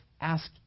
ask